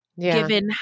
given